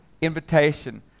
invitation